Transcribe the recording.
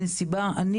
אין סיבה אחרת.